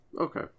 Okay